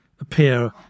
appear